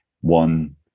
one